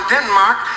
Denmark